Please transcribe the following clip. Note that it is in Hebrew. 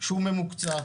שהוא ממוקצע,